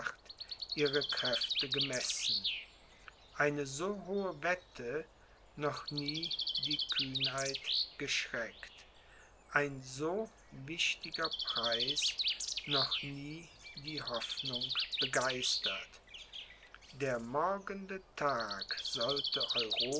ihre kräfte gemessen eine so hohe wette noch nie die kühnheit geschreckt ein so wichtiger preis noch nie die hoffnung begeistert der morgende tag sollte